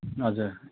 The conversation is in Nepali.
हजुर